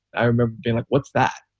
i remember being. what's that?